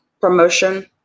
promotion